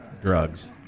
drugs